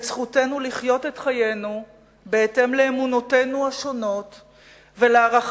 את זכותנו לחיות את חיינו בהתאם לאמונותינו השונות ולערכינו,